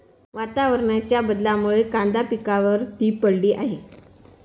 वातावरणाच्या बदलामुळे कांदा पिकावर ती पडली आहे